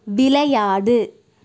விளையாடு